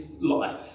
life